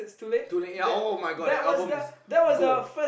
too late ya [oh]-my-god that album is gold